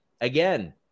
again